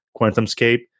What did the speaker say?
QuantumScape